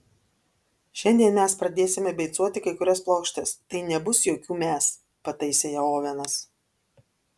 šiandien mes pradėsime beicuoti kai kurias plokštes tai nebus jokių mes pataisė ją ovenas